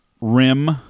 Rim